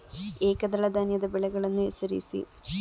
ಏಕದಳ ಧಾನ್ಯದ ಬೆಳೆಗಳನ್ನು ಹೆಸರಿಸಿ?